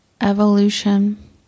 Evolution